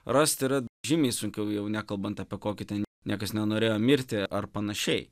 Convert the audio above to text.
rast yra žymiai sunkiau jau nekalbant apie kokį ten niekas nenorėjo mirti ar panašiai